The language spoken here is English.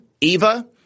Eva